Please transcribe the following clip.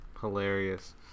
hilarious